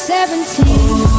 Seventeen